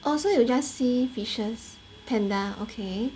oh so you just see fishes panda okay